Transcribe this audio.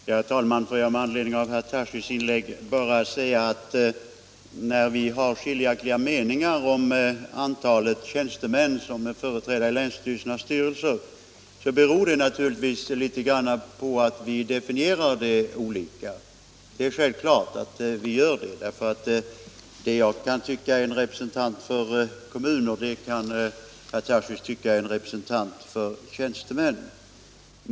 Herr talman! Får jag med anledning av herr Tarschys inlägg bara säga att när vi har skiljaktiga meningar om antalet tjänstemän som finns med i länsstyrelsernas styrelser, beror detta naturligtvis på att vi definierar olika. Det är självklart att vi gör det, därför att den som jag kan tycka är representant för en kommun kan herr Tarschys tycka är representant för tjänstemän.